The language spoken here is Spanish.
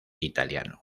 italiano